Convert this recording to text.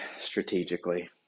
strategically